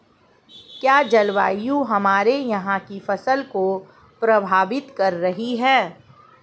क्या जलवायु हमारे यहाँ की फसल को प्रभावित कर रही है?